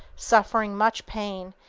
suffering much pain,